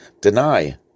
deny